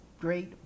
great